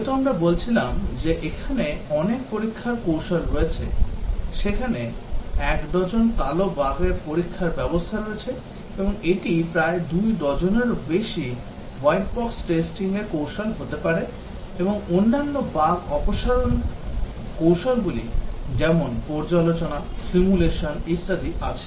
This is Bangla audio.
যেহেতু আমরা বলছিলাম যে এখানে অনেক পরীক্ষার কৌশল রয়েছে সেখানে এক ডজন কালো বাগের পরীক্ষার ব্যবস্থা রয়েছে এবং এটি প্রায় দুই ডজনেরও বেশি white box testing র কৌশল হতে পারে এবং অন্যান্য বাগ অপসারণ কৌশলগুলি যেমন পর্যালোচনা সিমুলেশন ইত্যাদি আছে